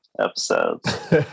episodes